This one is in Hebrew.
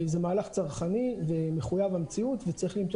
זה מהלך צרכני ומחויב המציאות וצריך למצוא